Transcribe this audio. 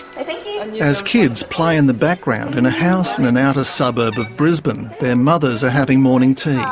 and as kids play in the background in a house in an outer suburb of brisbane, their mothers are having morning tea.